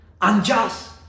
unjust